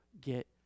get